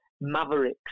mavericks